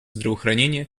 здравоохранения